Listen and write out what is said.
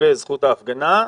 כלפי זכות ההפגנה,